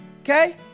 okay